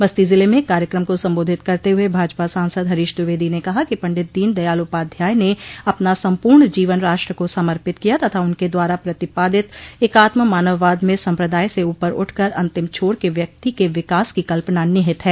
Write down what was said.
बस्ती जिले में एक कार्यक्रम को संबोधित करते हुए भाजपा सांसद हरीश द्विवेदी ने कहा कि पंडित दीन दयाल उपाध्याय ने अपना सम्पूर्ण जीवन राष्ट्र को समर्पित किया तथा उनके द्वारा प्रतिपादित एकात्म मानववाद में सम्प्रदाय से ऊपर उठकर अंतिम छोर के व्यक्ति के विकास की कल्पना निहित है